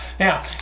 Now